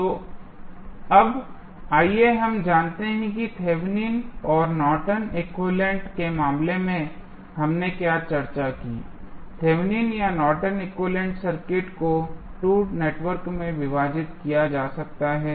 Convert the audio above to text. तो अब आइए हम जानते हैं कि थेवेनिन और Norton equivalent Thevenins and Nortons equivalent के मामले में हमने क्या चर्चा की थेवेनिन या Norton equivalent circuit Nortons equivalent circuit को 2 नेटवर्क में विभाजित किया जा सकता है